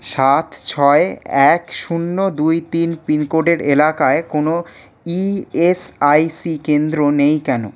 সাত ছয় এক শূন্য দুই তিন পিনকোডের এলাকায় কোনো ইএসআইসি কেন্দ্র নেই কেন